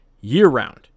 year-round